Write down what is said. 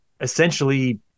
essentially